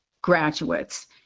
graduates